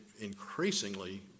increasingly